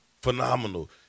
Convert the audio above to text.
phenomenal